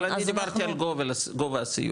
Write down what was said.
אבל אני דיברתי על גובה הסיוע.